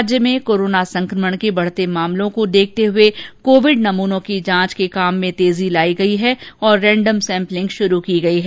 राज्य में कोरोना संकमण के बढते मामलों को देखते हुये कोविड नमूनों की जांच के काम में तेजी लाई गई है और रेंडम सैम्पलिंग शुरू की गई है